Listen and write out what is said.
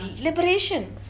Liberation